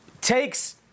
takes